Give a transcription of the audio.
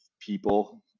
people